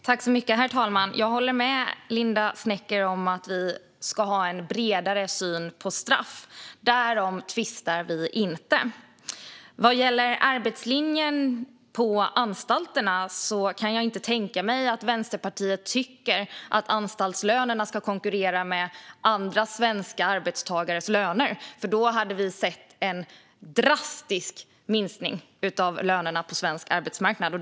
Herr talman! Jag håller med Linda Westerlund Snecker om att vi ska ha en bredare syn på straff - därom tvistar vi inte. Vad gäller arbetslinjen på anstalterna kan jag inte tänka mig att Vänsterpartiet tycker att anstaltslönerna ska konkurrera med andra svenska arbetstagares löner, för då hade vi sett en drastisk minskning av lönerna på svensk arbetsmarknad.